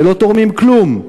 ולא תורמים כלום,